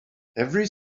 every